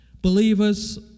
Believers